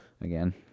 Again